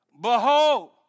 Behold